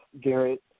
Garrett